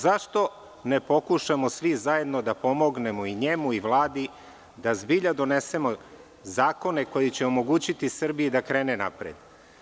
Zašto ne pokušamo svi zajedno da pomognemo i njemu i Vladi da zbilja donesemo zakone koji će omogućiti Srbiji da krene napred?